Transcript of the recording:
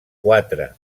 quatre